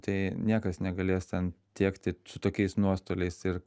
tai niekas negalės ten tiekti su tokiais nuostoliais ir